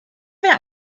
wer